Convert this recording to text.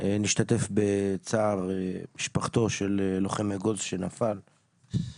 אני משתתף בצער משפחתו של לוחם אגוז שנפל,